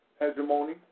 hegemony